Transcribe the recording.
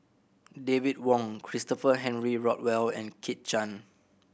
David Wong Christopher Henry Rothwell and Kit Chan